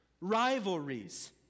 rivalries